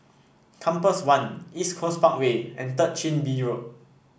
Compass One East Coast Parkway and Third Chin Bee Road